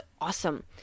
awesome